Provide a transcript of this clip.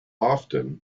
often